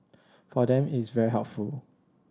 for them it's very helpful